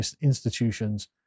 institutions